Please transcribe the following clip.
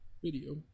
Video